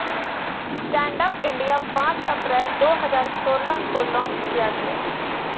stand up India पांच अप्रैल दो हजार सोलह को लॉन्च किया गया